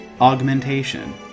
Augmentation